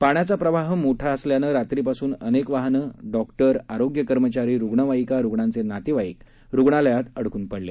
पाण्याचा प्रवाह मोठा असल्यानं रात्रीपासून अनेक वाहनं डॉक्टर्स आरोग्य कर्मचारी रूग्ण्वाहिका रूग्णांचे नातेवाईक हॉस्पिटलमध्ये अडकून पडले